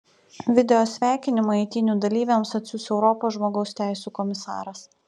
video sveikinimą eitynių dalyviams atsiųs europos žmogaus teisių komisaras